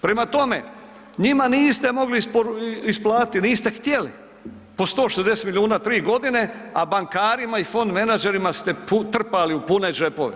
Prema tome, njima niste mogli isplatiti, niste htjeli, po 160 milijuna 3.g., a bankarima i fon menadžerima ste trpali u pune džepove.